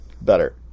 Better